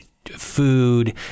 Food